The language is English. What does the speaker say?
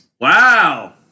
Wow